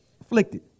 afflicted